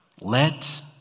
Let